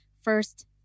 First